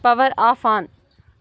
power off on